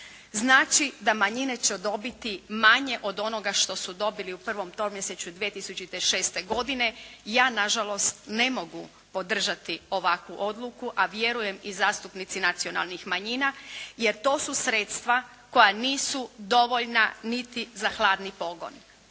znači da manjine će dobiti manje od onoga što su dobile u prvom tromjesečju 2006. godine. Ja nažalost ne mogu podržati ovakvu odluku a vjerujem i zastupnici nacionalnih manjina jer to su sredstva koja nisu dovoljna niti za hladni pogon.